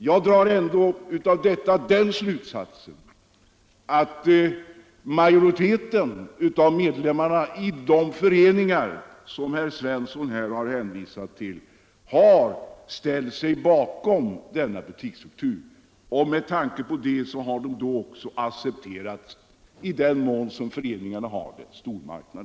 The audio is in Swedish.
Jag drar den slutsatsen att majoriteten av medlemmarna i de föreningar som herr Svensson hänvisat till har ställt sig bakom butiksstrukturen och då alltså accepterat stormarknader i den mån föreningarna har sådana.